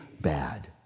Bad